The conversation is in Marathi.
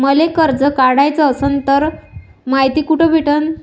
मले कर्ज काढाच असनं तर मायती कुठ भेटनं?